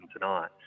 tonight